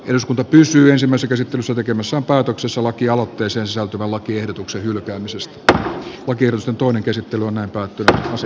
sisällöstä päätettiin ensimmäisessä käsittelyssä tekemässä päätöksessä lakialoitteeseen sisältyvän lakiehdotuksen hylkäämisestä oikeusjutun käsittely on epäilty tähtäsi